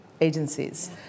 agencies